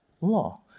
law